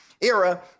era